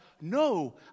no